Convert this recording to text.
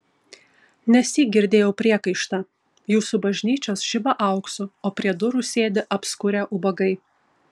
nesyk girdėjau priekaištą jūsų bažnyčios žiba auksu o prie durų sėdi apskurę ubagai